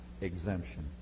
exemption